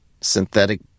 synthetic